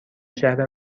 شهر